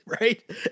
right